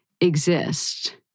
Exist